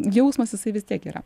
jausmas jisai vis tiek yra